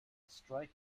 strike